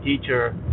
teacher